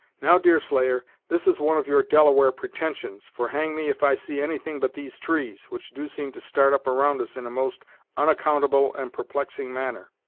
now, deerslayer, this is one of your delaware pretensions, for hang me if i see anything but these trees, which do seem to start up around us in a most onaccountable and perplexing manner.